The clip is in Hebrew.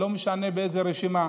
לא משנה באיזו רשימה,